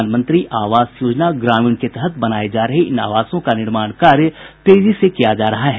प्रधानमंत्री आवास योजना ग्रामीण के तहत बनाये जा रहे इन आवासों का निर्माण कार्य तेजी से किया जा रहा है